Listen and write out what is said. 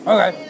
Okay